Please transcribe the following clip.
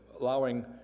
allowing